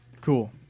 Cool